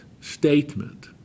statement